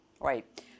Right